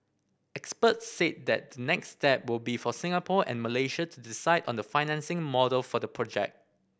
experts said that next step will be for Singapore and Malaysia to decide on the financing model for the project